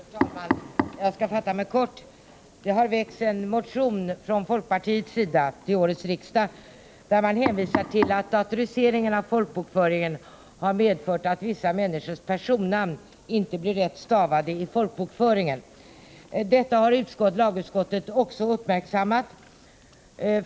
Herr talman! Jag skall fatta mig kort. Det har till årets riksmöte väckts en motion från folkpartiets sida där man hänvisar till att datoriseringen av folkbokföringen har medfört att vissa människors efternamn inte blir rätt stavade i folkbokföringens register. Detta har lagutskottet också uppmärksammat.